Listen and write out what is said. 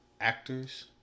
actors